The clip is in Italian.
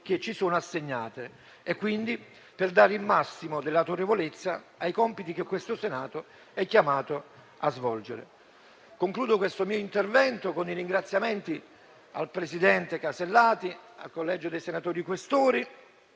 che ci sono assegnate, quindi per dare il massimo dell'autorevolezza ai compiti che il Senato è chiamato a svolgere. Concludo il mio intervento con i ringraziamenti al presidente Casellati, al collegio dei senatori Questori.